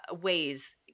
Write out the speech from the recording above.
ways